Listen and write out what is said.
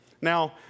Now